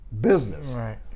business